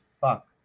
fuck